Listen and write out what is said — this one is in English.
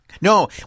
No